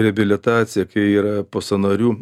reabilitacija yra po sąnarių